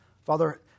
Father